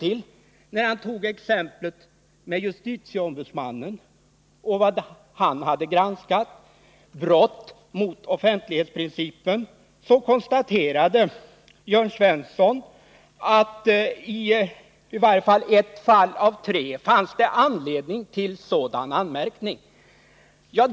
I fråga om de brott mot offentlighetsprincipen som JO har granskat konstaterar Jörn Svensson att det i ett fall av tre fanns anledning till anmärkning.